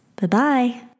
Bye-bye